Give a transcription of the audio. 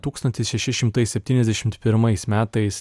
tūkstantis šeši šimtai septyniasdešimt pirmais metais